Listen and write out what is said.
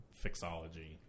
fixology